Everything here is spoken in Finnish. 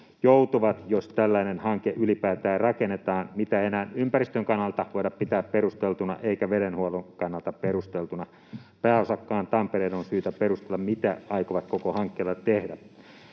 joutuvat, jos ylipäätään rakennetaan tällainen hanke, mitä ei enää ympäristön kannalta voida pitää perusteltuna eikä vesihuollon kannalta perusteltuna. Pääosakkaan, Tampereen, on syytä perustella, mitä aikovat koko hankkeella tehdä.